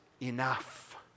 enough